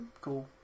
Cool